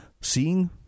seeing